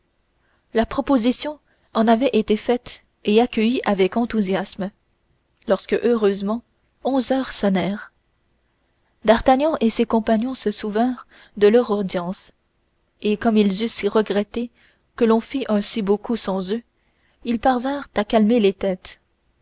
la proposition en avait été faite et accueillie avec enthousiasme lorsque heureusement onze heures sonnèrent d'artagnan et ses compagnons se souvinrent de leur audience et comme ils eussent regretté que l'on fît un si beau coup sans eux ils parvinrent à calmer les têtes